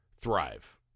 thrive